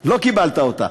לא קיבלת אותה.